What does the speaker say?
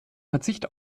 verzicht